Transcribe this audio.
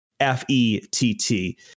F-E-T-T